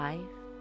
Life